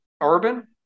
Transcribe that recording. Urban